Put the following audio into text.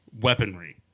weaponry